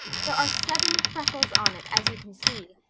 there are seven freckles on it, as you can see.